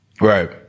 Right